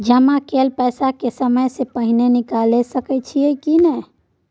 जमा कैल पैसा के समय से पहिले निकाल सकलौं ह की नय?